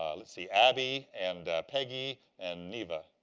let's see, abby and peggy and neva